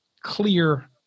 clear